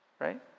right